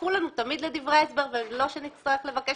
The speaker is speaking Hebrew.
תצרפו לנו תמיד לדברי ההסבר ושלא נצטרך לבקש